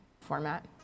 format